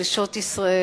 לנשות ישראל.